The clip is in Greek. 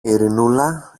ειρηνούλα